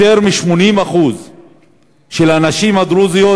יותר מ-80% מהנשים הדרוזיות